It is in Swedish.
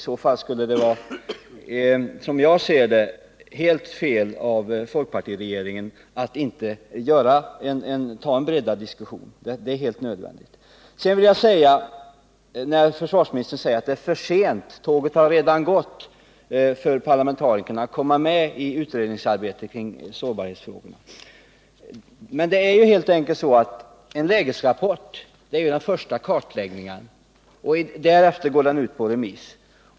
I så fall skulle det, enligt min mening, vara helt felaktigt av folkpartiregeringen att inte ta upp saken till en grundligare diskussion. Försvarsministern menar att tåget redan har gått och att det är för sent för parlamentarikerna att komma med i utredningsarbetet om sårbarhetsfrågorna. Men en lägesrapport är ju den första kartläggningen som sedan går ut på remiss.